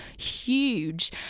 huge